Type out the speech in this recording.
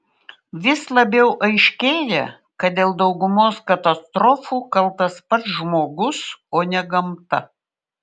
vis labiau aiškėja kad dėl daugumos katastrofų kaltas pats žmogus o ne gamta